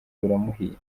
biramuhira